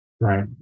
Right